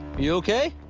you ok?